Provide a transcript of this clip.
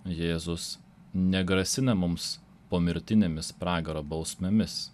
jėzus negrasina mums pomirtinėmis pragaro bausmėmis